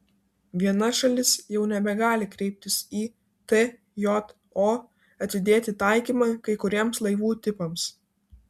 viena šalis jau nebegali kreiptis į tjo atidėti taikymą kai kuriems laivų tipams